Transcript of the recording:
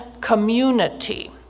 Community